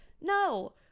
no